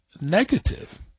negative